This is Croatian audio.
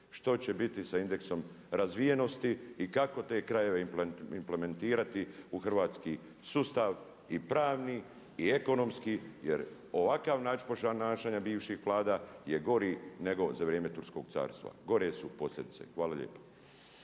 što će biti sa indeksom razvijenosti i kako te krajeve implementirati u hrvatski sustav i pravni i ekonomski. Jer ovakav način ponašanja bivših Vlada je gori nego za vrijeme turskog carstva, gore su posljedice. Hvala lijepo.